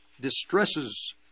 Distresses